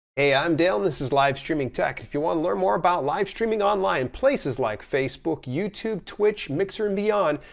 hey, i'm dale and this is live streaming tech. if you wanna learn more about live streaming online in places like facebook, youtube, twitch, mixer and beyond,